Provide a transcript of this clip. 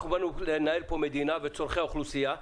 אנחנו באנו לנהל פה מדינה וצרכי אוכלוסייה,